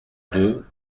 deux